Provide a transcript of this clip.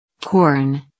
Corn